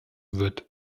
wird